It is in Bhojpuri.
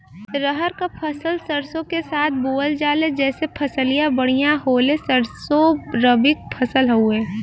रहर क फसल सरसो के साथे बुवल जाले जैसे फसलिया बढ़िया होले सरसो रबीक फसल हवौ